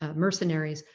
ah mercenaries,